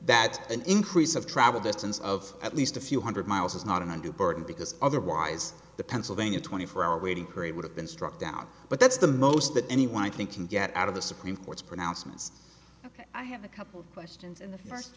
that an increase of travel distance of at least a few hundred miles is not an undue burden because otherwise the pennsylvania twenty four hour waiting period would have been struck down but that's the most that anyone i think can get out of the supreme court's pronouncements ok i have a couple of questions in the first